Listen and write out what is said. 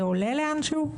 זה עולה לאנשהו?